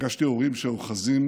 פגשתי הורים שאוחזים